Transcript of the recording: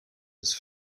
his